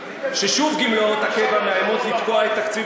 ששוב גמלאות הקבע מאיימות לתקוע את תקציב